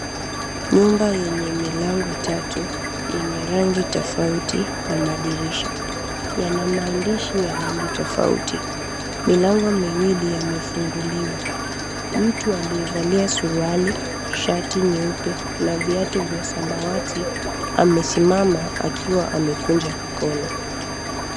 Nyumba yenye milango tatu yenye rangi tofauti na madirisha yana maandishi ya rangi tofauti. Milango miwili yamefunguliwa. Mtu aliyevalia suruali, shati nyeupe na viatu vya samawati amesimama akiwa amekunja mikono.